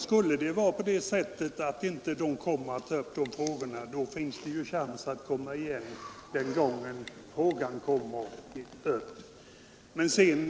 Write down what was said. Skulle det vara så att den inte tar upp dessa frågor, har man ju tillfälle att återkomma när utredningens förslag skall behandlas.